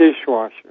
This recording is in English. dishwasher